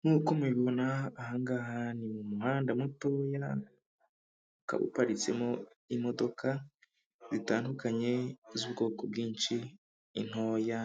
Nkuko mubibibona aha ngaha ni mu muhanda mutoya uparitsemo imodoka zitandukanye z'ubwoko bwinshi, intoya